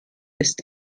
ist